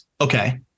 Okay